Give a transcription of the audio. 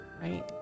right